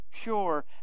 pure